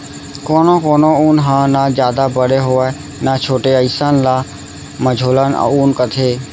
कोनो कोनो ऊन ह न जादा बड़े होवय न छोटे अइसन ल मझोलन ऊन कथें